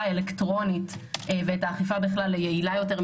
האלקטרונית ואת האכיפה בכלל ליעילה יותר,